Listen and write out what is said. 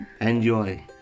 Enjoy